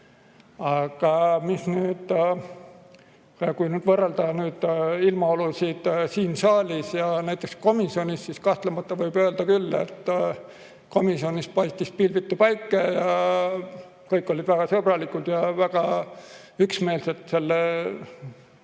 Aga kui võrrelda ilmaolusid siin saalis ja komisjonis, siis kahtlemata võib öelda küll, et komisjonis paistis pilvitu päike. Kõik olid väga sõbralikud ja väga üksmeelselt selle